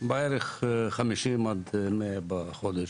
בערך 100-50 בחודש.